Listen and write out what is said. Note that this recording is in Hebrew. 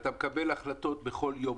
ואתה מקבל החלטות חדשות בכל יום,